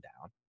down